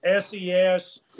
SES